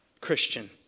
Christian